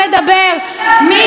הכול היה בסדר.